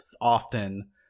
often